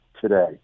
today